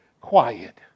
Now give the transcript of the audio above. quiet